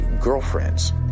girlfriends